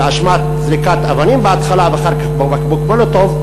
באשמת זריקת אבנים בהתחלה, ואחר כך בקבוק מולוטוב,